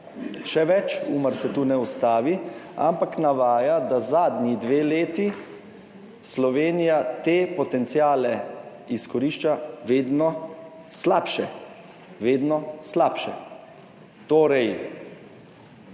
Še več, Umar se tu ne ustavi, ampak navaja, da zadnji dve leti Slovenija te potenciale izkorišča vedno slabše. Torej,